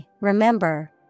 remember